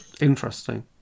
Interesting